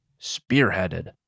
spearheaded